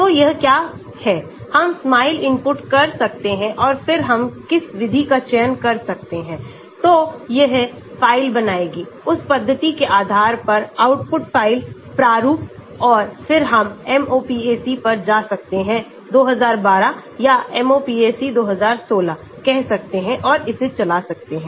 तो यह क्या है हम Smile इनपुट कर सकते हैं और फिर हम किस विधि का चयन कर सकते हैं तो यह फाइल बनाएगी उस पद्धति के आधार पर आउटपुट फ़ाइल प्रारूप और फिर हम MOPAC पर जा सकते हैं 2012 या MOPAC 2016 कह सकते हैं और इसे चला सकते हैं